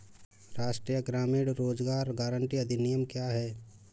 राष्ट्रीय ग्रामीण रोज़गार गारंटी अधिनियम क्या है?